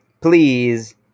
please